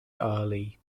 early